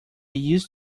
used